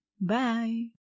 Bye